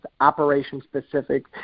operation-specific